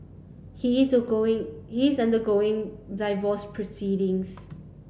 he is going he is undergoing divorce proceedings